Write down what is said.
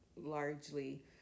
largely